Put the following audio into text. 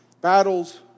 battles